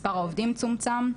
מספר העובדים צומצם.